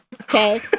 Okay